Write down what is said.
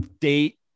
date